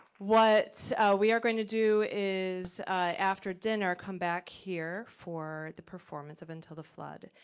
what we are going to do is after dinner, come back here for the performance of, until the flood.